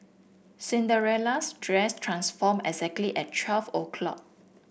Cinderella's dress transformed exactly at twelve o'clock